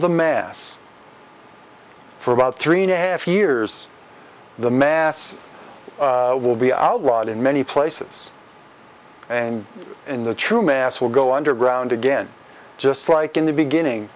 the mass for about three and a half years the mass will be outlawed in many places and in the true mass will go underground again just like in the beginning